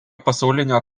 pasaulinio